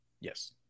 Yes